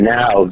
now